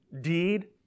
deed